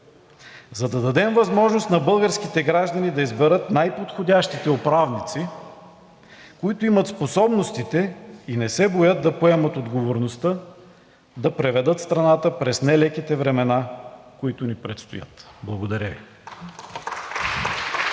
за да дадем възможност на българските граждани да изберат най-подходящите управници, които имат способностите и не се боят да поемат отговорността да преведат страната през нелеките времена, които ни предстоят. Благодаря Ви.